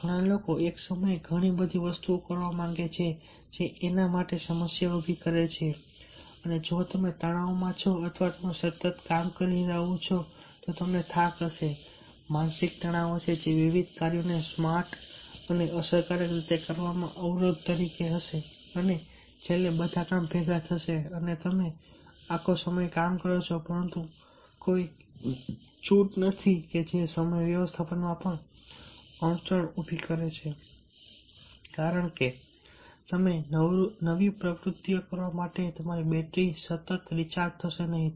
ઘણા લોકો એક સમયે ઘણી બધી વસ્તુઓ કરવા માંગે છે જે એના માટે સમસ્યા ઊભી કરે છે અને જો તમે તણાવમાં છો અથવા તમે સતત કામ કરી રહ્યા છો તો તમને થાક હશે માનસિક તણાવ હશે જે વિવિધ કાર્યોને સ્માર્ટ અને અસરકારક રીતે કરવામાં અવરોધ તરીકે હશે અને છેલ્લે બધા કામ ભેગા થશે અને તમે આખો સમય કામ કરો છો પરંતુ એવી કોઈ છૂટ નથી કે જે સમય વ્યવસ્થાપનમાં પણ અડચણ ઊભી કરે કારણ કે તમે નવી પ્રવૃત્તિઓ કરવા માટે તમારી બેટરી સતત રિચાર્જ થશે નહીં